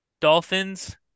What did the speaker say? Dolphins